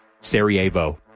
Sarajevo